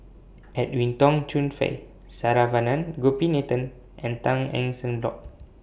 Edwin Tong Chun Fai Saravanan Gopinathan and Tan Eng Sen Bock